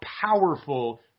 powerful